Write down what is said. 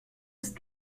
ist